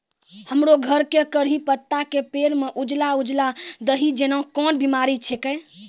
हमरो घर के कढ़ी पत्ता के पेड़ म उजला उजला दही जेना कोन बिमारी छेकै?